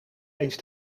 eens